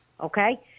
Okay